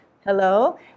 Hello